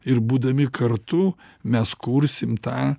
ir būdami kartu mes kursim tą